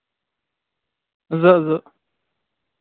زٕ زٕ